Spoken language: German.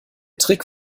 trick